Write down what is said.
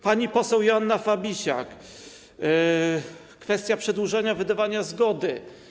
Pani poseł Joanna Fabisiak - kwestia przedłużania wydawania zgody.